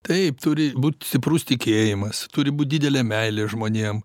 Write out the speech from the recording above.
taip turi būt stiprus tikėjimas turi būt didelė meilė žmonėm